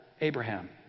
Abraham